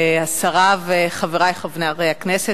השרה וחברי חברי הכנסת,